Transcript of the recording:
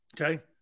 Okay